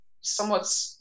somewhat